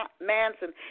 Manson